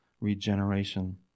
regeneration